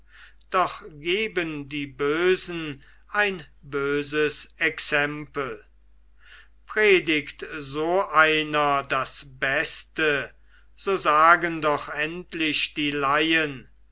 doch geben die bösen ein böses exempel predigt so einer das beste so sagen doch endlich die laien